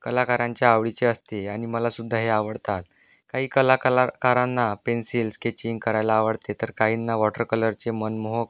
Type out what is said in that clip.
कलाकारांचे आवडीचे असते आणि मला सुद्धा हे आवडतात काही कला कलाकारांना पेन्सिल स्केचिंग करायला आवडते तर काहींना वॉटर कलरचे मनमोहक